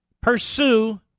pursue